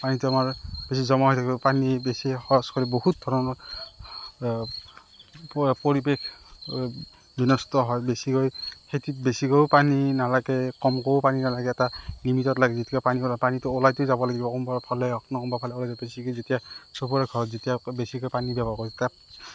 পানীটো আমাৰ বেছি জমা হৈ থাকিব পানী বেছি খৰচ কৰি বহুত ধৰণৰ আ প পৰিৱেশ বিনষ্ট হয় বেছিকৈ খেতিত বেছিকৈয়ো পানী নালাগে কমকৈয়ো পানী নালাগে তাত লিমিটত লাগে তাত পানীটো ওলাইতো যাব লাগিব কোনোবাফালে সবৰে ঘৰত যেতিয়া বেছিকৈ পানী ব্যৱহাৰ হয় তেতিয়া